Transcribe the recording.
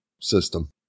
system